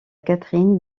catherine